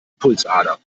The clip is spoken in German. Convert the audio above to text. pulsader